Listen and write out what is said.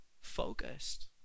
focused